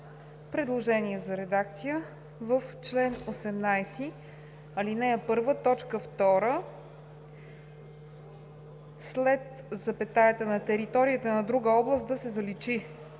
предложение за редакция в чл. 18. ал. 1, т. 2. – след запетаята „на територията на друга област“ – да се заличи,